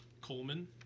Coleman